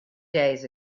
days